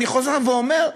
אני חוזר ואומר,